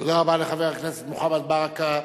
תודה רבה לחבר הכנסת מוחמד ברכה.